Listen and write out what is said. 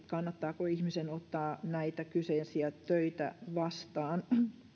kannattaako ihmisen ottaa näitä kyseisiä töitä vastaan